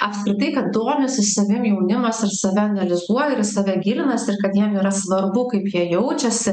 apskritai kad domisi savim jaunimas ir save analizuoja ir į save gilinasi ir kad jiem yra svarbu kaip jie jaučiasi